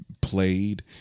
played